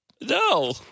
No